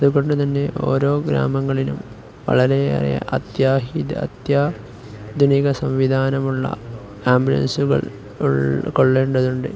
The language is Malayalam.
അതുകൊണ്ടുതന്നെ ഓരോ ഗ്രാമങ്ങളിലും വളരെയേറെ അത്യാധുനിക സംവിധാനമുള്ള ആംബുലൻസുകൾ ഉണ്ടാകേണ്ടതുണ്ട്